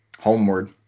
Homeward